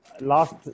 last